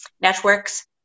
networks